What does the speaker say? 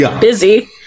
busy